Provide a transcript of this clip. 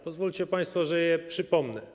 Pozwólcie państwo, że je przypomnę.